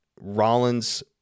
Rollins